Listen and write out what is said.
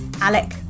Alec